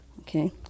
Okay